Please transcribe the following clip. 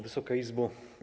Wysoka Izbo!